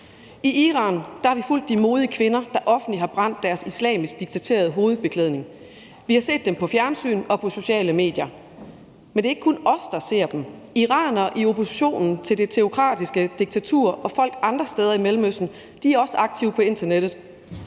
I Iran har vi fulgt de modige kvinder, der offentligt har brændt deres islamisk dikterede hovedbeklædning. Vi har set dem i fjernsynet og på sociale medier. Men det er ikke kun os, der ser dem; iranere i opposition til det teokratiske diktatur og folk andre steder i Mellemøsten er også aktive på internettet,